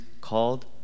called